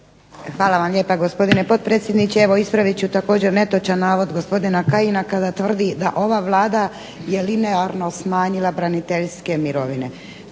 Hvala vam lijepa, gospodine potpredsjedniče. Evo ispravit ću također netočan navod gospodina Kajina kada tvrdi da ova Vlada je linearno smanjila braniteljske mirovine.